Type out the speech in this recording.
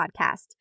Podcast